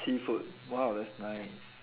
seafood !wah! that's nice